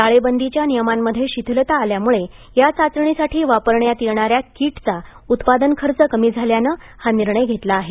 टाळेबंदीच्या नियमांमध्ये शिथिलता आल्यामुळे या चाचणीसाठी वापरण्यात येणाऱ्या किटचा उत्पादन खर्च कमी झाल्यानं हा निर्णय घेतला आहे